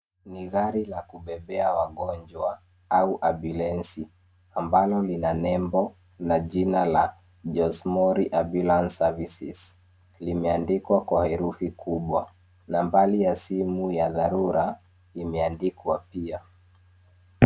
Ni gari la kubebea wagonjwa au ambulensi ambalo lina nembo na jina la Josari ambulance services , limeandikwa kwa herufi kubwa. Namari ya simu ya dharura imeandikwa pia.